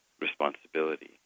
responsibility